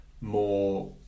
more